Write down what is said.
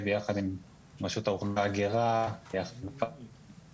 ביחד עם רשות האוכלוסין וההגירה יחד עם